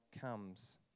comes